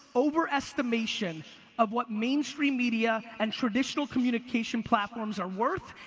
overestimation of what mainstream media and traditional communication platforms are worth,